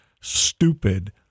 stupid